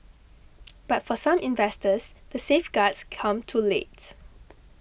but for some investors the safeguards come too late